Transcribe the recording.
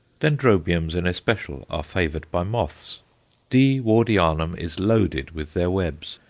dendrobiums in especial are favoured by moths d. wardianum is loaded with their webs,